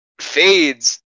fades